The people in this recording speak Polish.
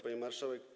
Pani Marszałek!